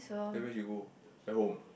then where she go at home